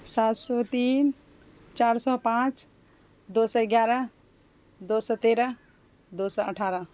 سات سو تین چار سو پانچ دو سو گیارہ دو سو تیرہ دو سو اٹھارہ